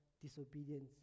disobedience